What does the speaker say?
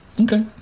Okay